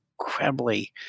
incredibly